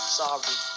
sorry